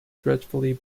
dreadfully